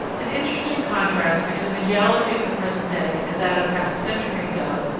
an interesting contrast between the geology of the present day and that of half a century ago,